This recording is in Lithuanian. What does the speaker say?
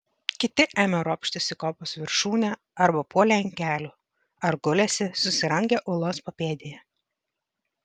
kiti ėmė ropštis į kopos viršūnę arba puolė ant kelių ar gulėsi susirangę uolos papėdėje